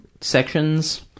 sections